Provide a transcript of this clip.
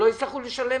שלא הצטרכו לשלם